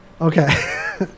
Okay